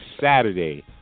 Saturday